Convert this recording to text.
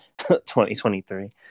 2023